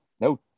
no